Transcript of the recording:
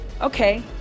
okay